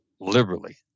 liberally